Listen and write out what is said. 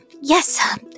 Yes